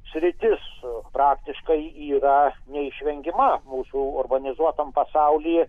sritis praktiškai yra neišvengiama mūsų urbanizuotam pasauly